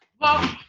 well,